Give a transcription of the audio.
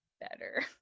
better